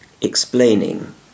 explaining